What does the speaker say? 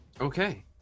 Okay